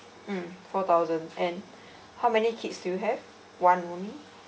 mm four thousand and how many kids do you have one only